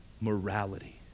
morality